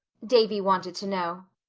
davy wanted to know.